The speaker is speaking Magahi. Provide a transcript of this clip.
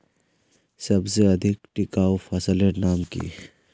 सबसे अधिक टिकाऊ फसलेर नाम की?